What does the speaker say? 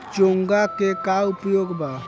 चोंगा के का उपयोग बा?